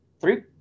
Three